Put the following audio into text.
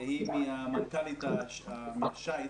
היא מנכ"לית איגוד השייטים,